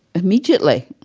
immediately